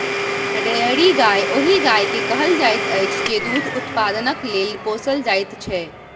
dairy गाय ओहि गाय के कहल जाइत अछि जे दूध उत्पादनक लेल पोसल जाइत छै